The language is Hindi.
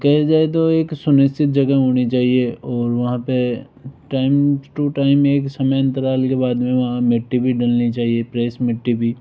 कहा जाए तो एक सुनिश्चित जगह होनी चाहिए और वहाँ पे टाइम टू टाइम एक समय अंतराल के बाद में वहाँ मिट्टी भी डलनी चाहिए फ्रेश मिट्टी भी